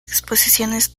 exposiciones